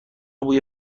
بوی